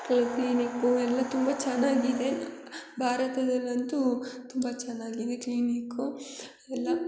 clinic ಎಲ್ಲ ತುಂಬ ಚೆನ್ನಾಗಿದೆ ಭಾರತದಲ್ಲಂತೂ ತುಂಬ ಚೆನ್ನಾಗಿದೆ ಕ್ಲಿನಿಕು ಎಲ್ಲ